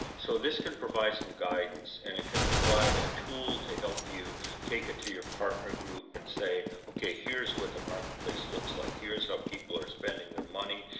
so this can provide some guidance and it can provide a tool to help you take it to your partner group and say, okay. here's what the marketplace looks like. here's how people are spending their money.